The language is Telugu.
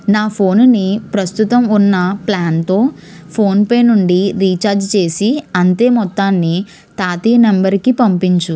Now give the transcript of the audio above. నా ఫోనుని ప్రస్తుతం ఉన్న ప్లాన్తో ఫోన్ పే నుండి రీఛార్జి చేసి అంతే మొత్తాన్ని తాతయ్య నంబరుకి పంపించు